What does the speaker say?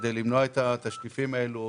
וכדי למנוע את התשטיפים האלה,